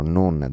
non